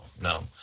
no